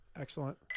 Excellent